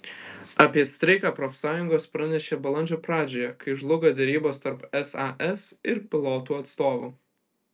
apie streiką profsąjungos pranešė balandžio pradžioje kai žlugo derybos tarp sas ir pilotų atstovų